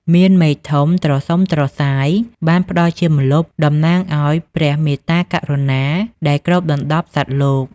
មានមែកធំត្រសុំត្រសាយបានផ្តល់ជាម្លប់ តំណាងឱ្យ ព្រះមេត្តាករុណា ដែលគ្របដណ្តប់សត្វលោក។